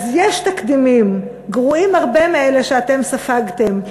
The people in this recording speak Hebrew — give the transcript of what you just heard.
אז יש תקדימים גרועים הרבה מאלה שאתם ספגתם,